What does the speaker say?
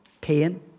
pain